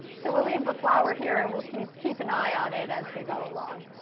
so we'll leave the flower here and we'll keep keep an eye on it as we go along.